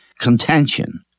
contention